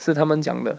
是他们讲的